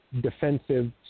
defensive